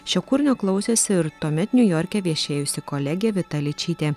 šio kūrinio klausėsi ir tuomet niujorke viešėjusi kolegė vita ličytė